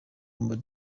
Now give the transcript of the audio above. humble